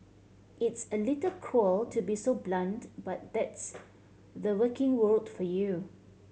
it's a little cruel to be so blunt but that's the working world for you